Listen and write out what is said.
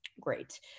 great